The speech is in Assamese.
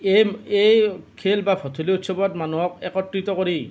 এই এই খেল বা ভঠেলি উৎসৱত মানুহক একত্ৰিত কৰি